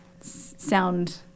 sound